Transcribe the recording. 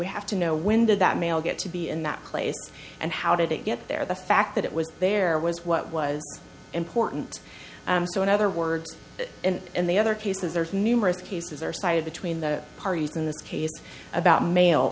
we have to know when did that mail get to be in that place and how did it get there the fact that it was there was what was important and so in other words and in the other cases there's numerous cases are cited between the parties in this case about mail